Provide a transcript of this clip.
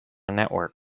network